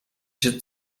się